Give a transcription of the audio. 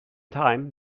time